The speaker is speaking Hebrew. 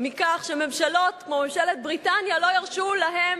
מכך שממשלות כמו ממשלת בריטניה לא ירשו להם